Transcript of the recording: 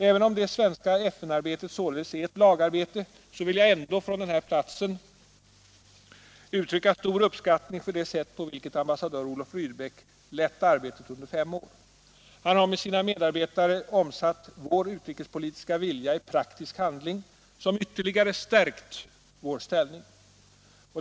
Även om det svenska FN-arbetet således är ett lagarbete vill jag ändå från den här platsen uttrycka stor uppskattning av det sätt på vilket ambassadör Olof Rydbeck har lett arbetet under fem år. Han har med sina medarbetare omsatt vår utrikespolitiska vilja i praktisk handling, som ytterligare har stärkt vår ställning.